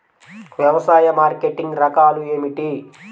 వ్యవసాయ మార్కెటింగ్ రకాలు ఏమిటి?